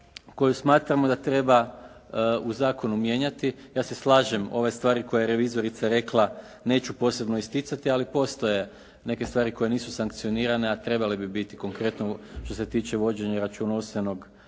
koju smatramo da treba u zakonu mijenjati. Ja se slažem, ove stvari koje revizorica rekla neću posebno isticati, ali postoje neke stvari koje nisu sankcionirane, a trebale bi biti, konkretno što se tiče vođenja računovodstvenog